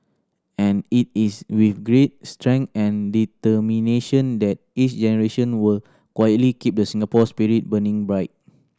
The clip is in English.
and it is with grit strength and determination that each generation will quietly keep the Singapore spirit burning bright